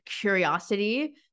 curiosity